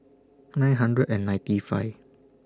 nine hundred and ninety five